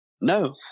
no